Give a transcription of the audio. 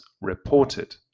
reported